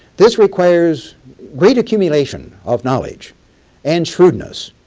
this requires great accumulation of knowledge and shrewdness,